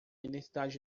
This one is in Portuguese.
identidade